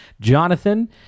Jonathan